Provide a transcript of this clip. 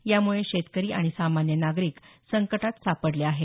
यामुळे शेतकरी आणि सामान्य नागरिक संकटात सापडले आहेत